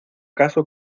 caso